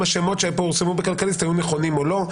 השמות שפורסמו בכלכליסט היו נכונים או לא.